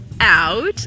out